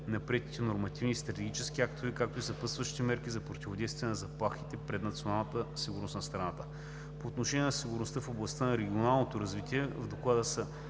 нормативни и стратегически актове, както и съпътстващи мерки за противодействие на заплахите пред националната сигурност на страната. По отношение на сигурността в областта на регионалното развитие в Доклада са